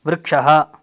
वृक्षः